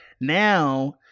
now